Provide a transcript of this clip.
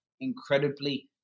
incredibly